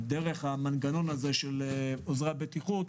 דרך המנגנון של עוזרי הבטיחות,